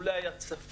הוא לא היה צפוי,